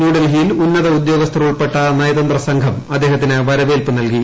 ന്യൂഡൽഹിയിൽ ഉന്നത ഉദ്യോഗസ്ഥർ ഉൾപ്പെട്ട നയതന്ത്ര സംഘം അദ്ദേഹത്തിന് വരവേല്പ് നല്കി